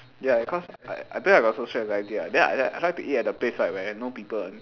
ya because I I told you I got social anxiety [what] then I then I like to eat at the place right where have no people [one]